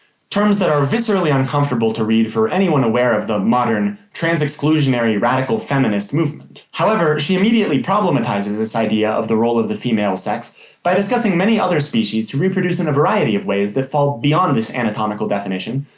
terms that are viscerally uncomfortable to read for anyone aware of the modern trans-exclusionary radical feminist movement. however, she immediately problematizes this idea of the role of the female sex by discussing many other species who reproduce in a variety of ways that fall beyond this anatomical definition,